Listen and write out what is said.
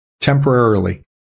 temporarily